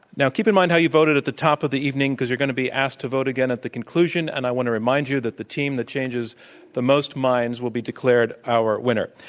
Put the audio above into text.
now, keep in mind how you voted at the top of the evening, because you're going to be asked to vote again at the conclusion, and i want to remind you that the team that changes the most minds will be declared our winner.